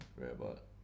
robot